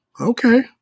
Okay